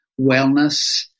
wellness